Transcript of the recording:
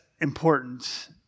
important